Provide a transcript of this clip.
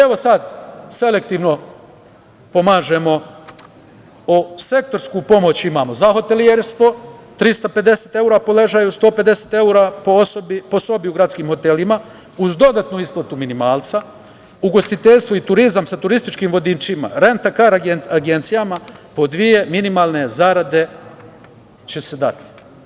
Evo, sada selektivno pomažemo, sektorsku pomoć imamo, za hotelijerstvo 350 evra po ležaju, 150 evra po sobi u gradskim motelima, uz dodatnu isplatu minimalca, ugostiteljstvo i turizam sa turističkim vodičima, renta-kar agencijama po dve minimalne zarade će se dati.